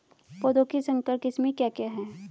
पौधों की संकर किस्में क्या क्या हैं?